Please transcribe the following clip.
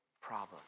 problem